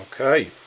Okay